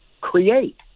create